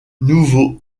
nouveau